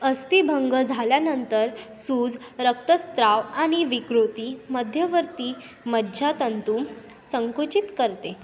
अस्थीभंग झाल्यानंतर सूज रक्तस्त्राव आणि विकृती मध्यवर्ती मज्जातंतू संकुचित करते